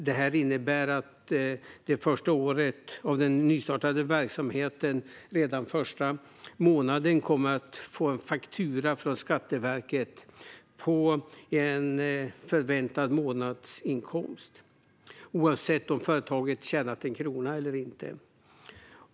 Det här innebär att man det första året av den nystartade verksamheten redan första månaden kommer att få en faktura från Skatteverket på den förväntade månadsinkomsten oavsett om företaget tjänat en krona eller inte.